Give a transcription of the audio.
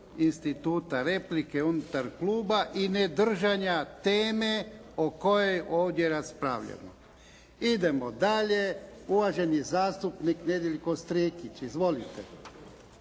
instituta replike unutar kluba i nedržanja teme o kojoj ovdje raspravljamo. Idemo dalje. Uvaženi zastupnik Nedjeljko Strikić. Izvolite.